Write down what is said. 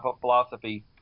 philosophy